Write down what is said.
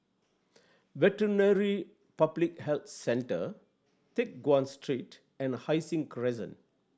Veterinary Public Health Centre Teck Guan Street and Hai Sing Crescent